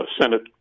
Senate